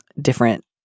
different